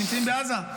שנמצאים בעזה.